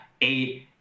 eight